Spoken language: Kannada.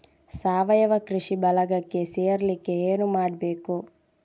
ಸಾವಯವ ಕೃಷಿ ಬಳಗಕ್ಕೆ ಸೇರ್ಲಿಕ್ಕೆ ಏನು ಮಾಡ್ಬೇಕು?